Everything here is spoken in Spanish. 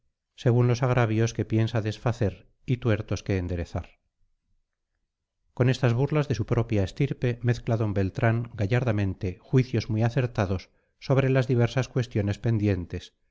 según los agravios que piensa desfacer y tuertos que enderezar con estas burlas de su propia estirpe mezcla d beltrán gallardamente juicios muy acertados sobre las diversas cuestiones pendientes